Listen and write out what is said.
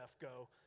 go